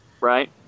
right